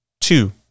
two